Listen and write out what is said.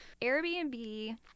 Airbnb –